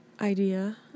idea